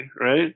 right